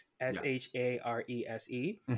S-H-A-R-E-S-E